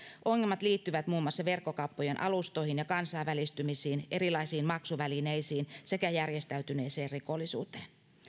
ongelmat liittyvät muun muassa verkkokauppojen alustoihin ja kansainvälistymisiin erilaisiin maksuvälineisiin sekä järjestäytyneeseen rikollisuuteen